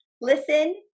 Listen